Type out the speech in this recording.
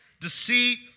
deceit